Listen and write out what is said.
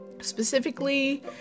specifically